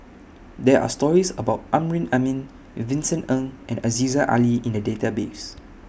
There Are stories about Amrin Amin Vincent Ng and Aziza Ali in The Database